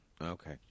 Okay